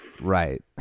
Right